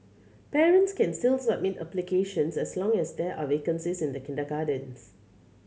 parents can still submit applications as long as there are vacancies in the kindergartens